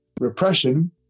repression